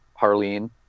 Harleen